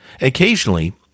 Occasionally